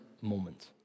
moment